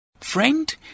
Friend